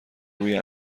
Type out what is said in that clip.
روی